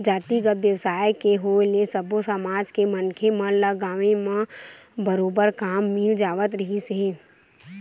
जातिगत बेवसाय के होय ले सब्बो समाज के मनखे मन ल गाँवे घर म बरोबर काम मिल जावत रिहिस हे